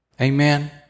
Amen